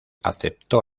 aceptó